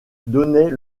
donnait